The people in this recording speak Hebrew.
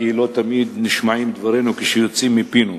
כי לא תמיד נשמעים דברינו כשהם יוצאים מפינו.